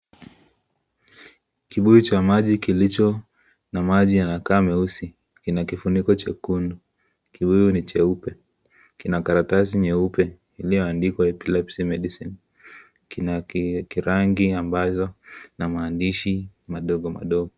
Kibuyu cha maji kilicho na maji yanakaa meusi. Kina kifuniko chekundu, kibuyu ni cheupe, kina karatasi nyeupe iliyoandikwa "Epilepsy Medicine", kina kirangi ambazo na maandishi madogo madogo.